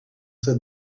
said